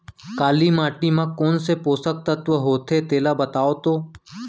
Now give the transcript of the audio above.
काली माटी म कोन से पोसक तत्व होथे तेला बताओ तो?